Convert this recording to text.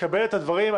תקבל את הדברים,